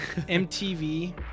MTV